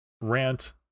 rant